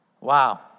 Wow